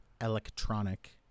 Electronic